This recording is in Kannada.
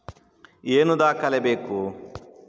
ಏನು ದಾಖಲೆ ಬೇಕು?